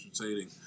entertaining